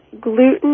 gluten